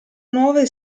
nuove